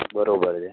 બરાબર છે